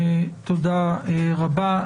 תודה רבה.